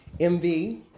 MV